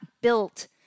built